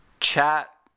Chat